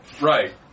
Right